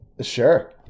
Sure